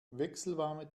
wechselwarme